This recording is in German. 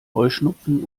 heuschnupfen